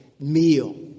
meal